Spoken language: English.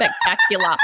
spectacular